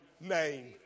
name